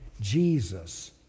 Jesus